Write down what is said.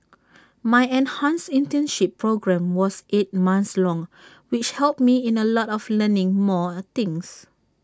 my enhanced internship programme was eight months long which helped me in A lot of learning more things